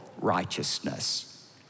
righteousness